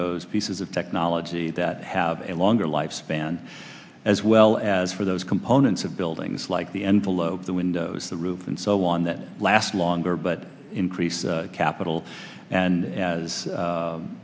those pieces of technology that have a longer life span as well as for those components of buildings like the envelope the windows the roof and so on that last longer but increase capital and as